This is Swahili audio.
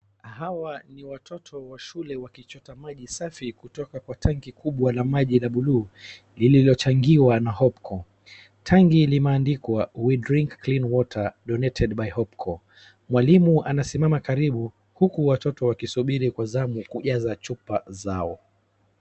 Hawa ni watoto wa shule wakichota maji safi kutoka kwa tanki kubwa la maji la buluu lililochangiwa na Hopco . Tangi limeandikwa we drink clean water donated by hopco . Mwalimu anasimama karibu huku watoto wakisubiri kwa zamu kujaza chupa zao.